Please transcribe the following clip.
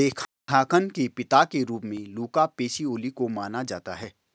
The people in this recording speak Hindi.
लेखांकन के पिता के रूप में लुका पैसिओली को माना जाता है